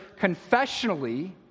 confessionally